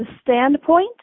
standpoint